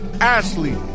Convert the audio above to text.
Ashley